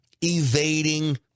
Evading